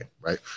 right